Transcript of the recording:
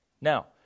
Now